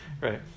right